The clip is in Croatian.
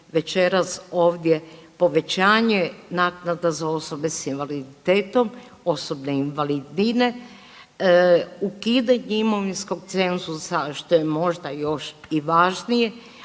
večeras ovdje povećanje naknada za osobe s invaliditetom, osobne invalidnine, ukidanje imovinskog cenzusa što je možda još i važnije